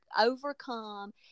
overcome